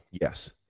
Yes